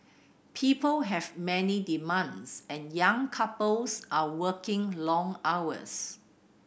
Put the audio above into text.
people have many demands and young couples are working long hours